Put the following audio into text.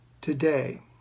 Today